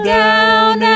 down